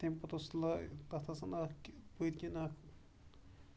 تَمہِ پَتہٕ اوس لاے تَتھ اوسُن اکھ پٔتۍکِن اکھ